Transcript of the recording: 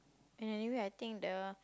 anyway I think the